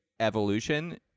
evolution